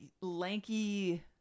lanky